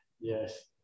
Yes